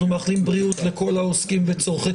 אנחנו מאחלים בריאות לכל העוסקים בצורכי